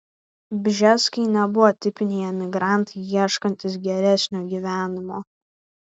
bžeskai nebuvo tipiniai emigrantai ieškantys geresnio gyvenimo